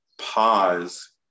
pause